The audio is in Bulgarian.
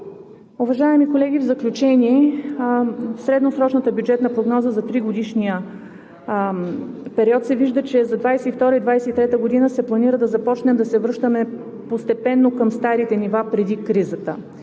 Уважаеми колеги, в заключение, средносрочната бюджетна прогноза за тригодишния период се вижда, че за 2022-а и за 2023 г. се планира да започнем да се връщаме постепенно към старите нива преди кризата,